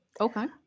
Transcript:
Okay